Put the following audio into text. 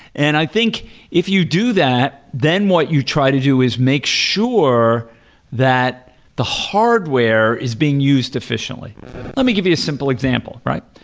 and i think if you do that, then what you try to do is make sure that the hardware is being used efficiently let me give you a simple example, right?